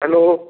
hello